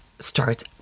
starts